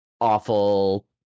awful